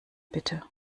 bitte